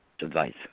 advice